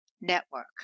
network